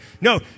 No